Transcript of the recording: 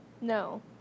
No